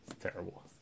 Terrible